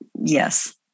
Yes